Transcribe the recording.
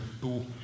two